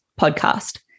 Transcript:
podcast